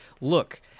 look